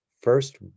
first